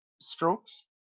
strokes